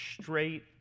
straight